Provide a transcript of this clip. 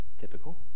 typical